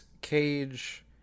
cage